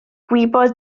gwybod